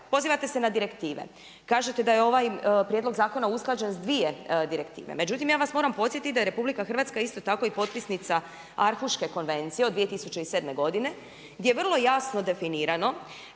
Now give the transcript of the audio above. pozivate se na direktive, kažete da je ovaj prijedlog zakona usklađen sa dvije direktive. Međutim, ja vas moram podsjetiti da je RH isto tako i potpisnica Arhuške konvencije od 2007. godine gdje je vrlo jasno definirano,